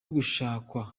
gushakwa